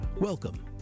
Welcome